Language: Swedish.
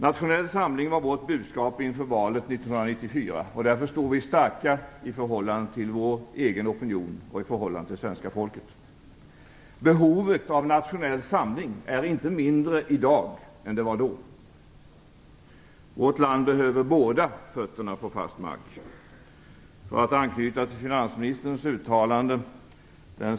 Nationell samling var vårt budskap inför valet 1994. Därför står vi starka i förhållande till vår egen opinion och i förhållande till svenska folket. Behovet av nationell samling är inte mindre i dag än det var då. Vårt land behöver båda fötterna på fast mark. Den som står i skuld är inte fri, för att anknyta till finansministerns uttalande.